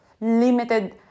limited